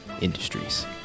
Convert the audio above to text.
industries